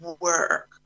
work